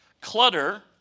clutter